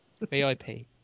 VIP